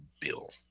bill